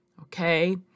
okay